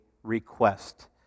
request